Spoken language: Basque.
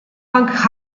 punk